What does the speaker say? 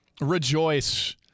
Rejoice